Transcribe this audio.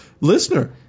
Listener